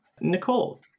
Nicole